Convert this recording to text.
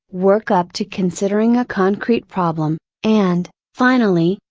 work up to considering a concrete problem, and, finally,